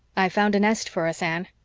i've found a nest for us, anne.